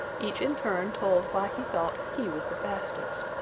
each in turn told why he thought he was the fastest.